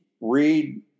read